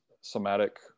somatic